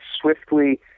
swiftly